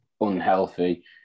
unhealthy